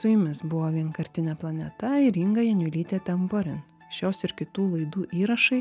su jumis buvo vienkartinė planeta ir inga janiulytė temporin šios ir kitų laidų įrašai